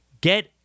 Get